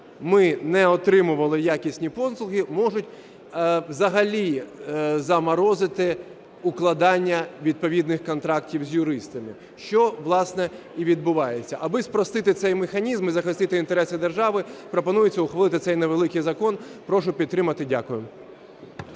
ми не отримували якісні послуги, можуть взагалі заморозити укладання відповідних контрактів з юристами, що, власне, і відбувається. Аби спростити цей механізм і захистити інтереси держави пропонується ухвалити цей невеликий закон. Прошу підтримати. Дякую.